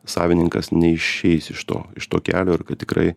savininkas neišeis iš to iš to kelio ir kad tikrai